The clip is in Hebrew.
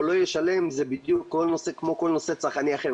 לא ישלם זה בדיוק כמו כל נושא צרכני אחר.